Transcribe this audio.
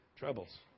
troubles